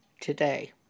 today